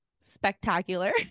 spectacular